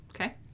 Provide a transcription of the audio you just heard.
Okay